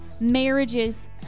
marriages